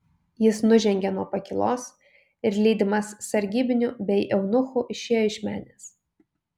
jis nužengė nuo pakylos ir lydimas sargybinių bei eunuchų išėjo iš menės